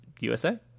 USA